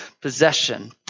possession